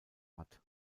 hat